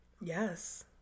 yes